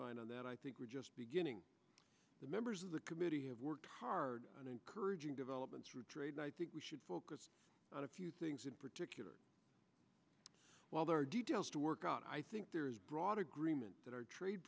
line on that i think we're just beginning to members of the committee have worked hard on encouraging development through trade and i think we should focus on a few things in particular while there are details to work out i think there is broad agreement that our trade